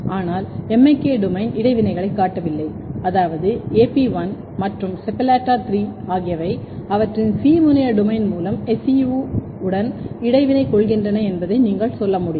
ஆனால் MIK domain இடைவினைகளைக் காட்டவில்லை அதாவது AP1 மற்றும் SEPALLATA 3 ஆகியவை அவற்றின் C முனைய டொமைன் மூலம் SEU உடன் இடைவினை கொள்கின்றன என்பதை நீங்கள் சொல்ல முடியும்